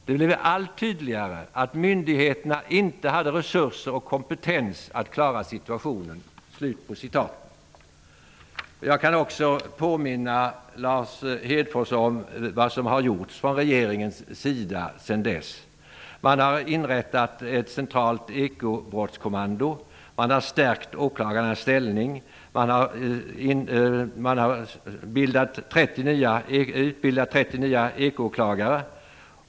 Det blev allt tydligare att myndigheterna inte hade resurser och kompetens att klara situationen.'' Jag kan också påminna Lars Hedfors om vad som har gjorts från regeringens sida sedan dess. Man har inrättat ett centralt ekobrottskommando, man har stärkt åklagarnas ställning och man har utbildat 30 nya ekoåklagare.